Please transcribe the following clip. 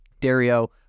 Dario